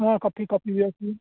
ହଁ coffee coffee ବି ଅଛି